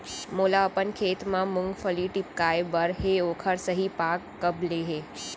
मोला अपन खेत म मूंगफली टिपकाय बर हे ओखर सही पाग कब ले हे?